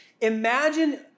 Imagine